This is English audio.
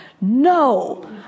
No